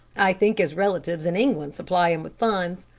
i think his relatives in england supply him with funds.